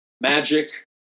magic